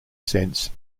sense